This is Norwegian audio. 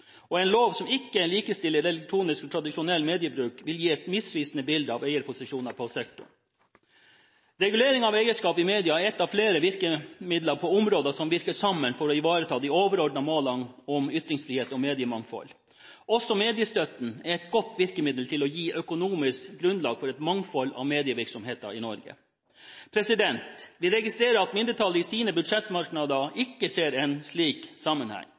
og en lov som ikke likestiller elektronisk og tradisjonell mediebruk, vil gi et misvisende bilde av eierposisjoner i sektoren. Reguleringen av eierskap i media er ett av flere virkemidler på området som virker sammen for å ivareta de overordnede målene om ytringsfrihet og mediemangfold. Også mediestøtten er et godt virkemiddel til å gi økonomisk grunnlag for et mangfold av medievirksomheter i Norge. Vi registrerer at mindretallet i sine budsjettmerknader ikke ser en slik sammenheng.